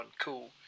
Cool